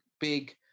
big